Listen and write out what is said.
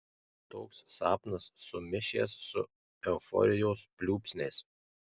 toks sapnas sumišęs su euforijos pliūpsniais